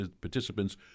participants